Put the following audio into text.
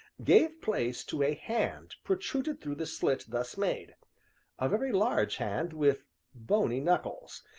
gave place to a hand protruded through the slit thus made a very large hand with bony knuckles,